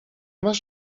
masz